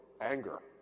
Anger